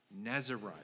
nazarite